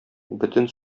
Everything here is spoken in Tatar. бөтен